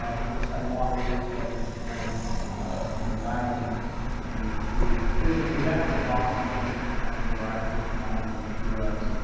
we're going to spend a long weekend together with some friends in rhode island and we we flew we met up in boston, i don't remember where i flew from, i don't remember where she was.